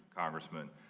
congressman,